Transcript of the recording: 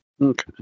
Okay